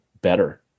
better